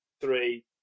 three